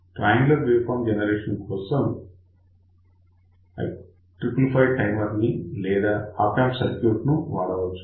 triangular waveform generation కోసం 555 timer లేదా op amp circuit వాడవచ్చు